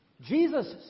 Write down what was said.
Jesus